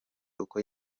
uko